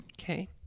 Okay